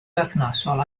berthnasol